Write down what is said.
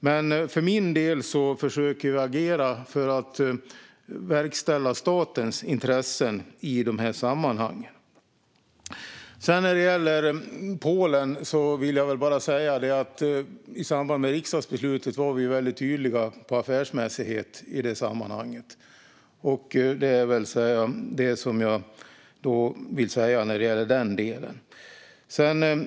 Men för min del försöker jag agera för att verkställa statens intressen i dessa sammanhang. När det gäller Polen vill jag väl bara säga att vi i samband med riksdagsbeslutet var väldigt tydliga om affärsmässighet i det sammanhanget. Det är väl det jag vill säga när det gäller den delen.